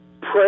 Pray